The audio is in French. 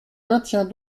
maintiens